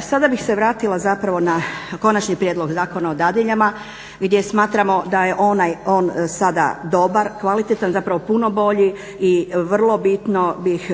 Sada bih se vratila zapravo na Konačni prijedlog zakona o dadiljama gdje smatramo da je on sada dobar, kvalitetan, zapravo puno bolji i vrlo bitno bih